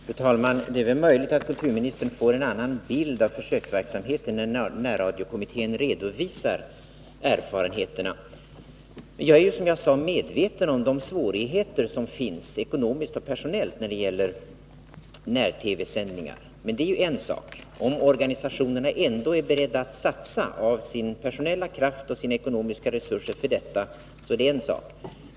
Fru talman! Det är möjligt att kulturministern får en annan bild av försöksverksamheten när närradiokommittén redovisat erfarenheterna. Det finns svårigheter ekonomiskt och personellt när det gäller när TV-sändningar — det är jag som sagt medveten om. Om organisationerna inte är beredda att satsa personella och ekonomiska resurser på detta, så är det en sak.